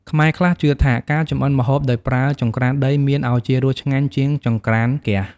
ខ្មែរខ្លះជឿថា ការចម្អិនម្ហូបដោយប្រើចង្ក្រានដីមានឱជារសឆ្ងាញ់ជាងចង្រ្កានហ្គាស។